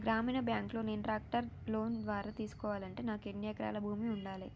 గ్రామీణ బ్యాంక్ లో నేను ట్రాక్టర్ను లోన్ ద్వారా తీసుకోవాలంటే నాకు ఎన్ని ఎకరాల భూమి ఉండాలే?